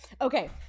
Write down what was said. Okay